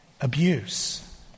Abuse